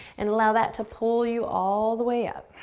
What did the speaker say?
and allow that to pull you all the way up.